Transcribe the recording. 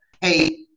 hey